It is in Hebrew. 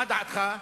מה דעתך?